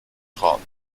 frauen